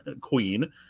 queen